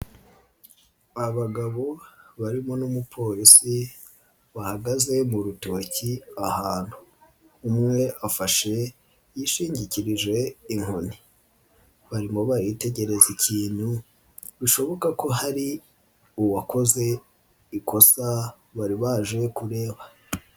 Abagabo barimo n'umupolisi bahagaze mu rutoki ahantu, umwe afashe yishingikirije inkoni, barimo bayitegereza ikintu bishoboka ko hari uwakoze ikosa bari baje kureba.